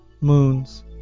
moons